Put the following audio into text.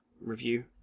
review